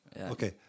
Okay